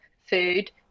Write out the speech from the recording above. food